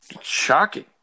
shocking